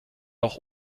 auch